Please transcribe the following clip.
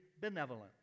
benevolent